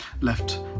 left